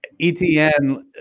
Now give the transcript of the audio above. Etn